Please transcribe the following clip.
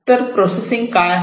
तर प्रोसेसिंग काय आहे